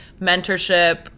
mentorship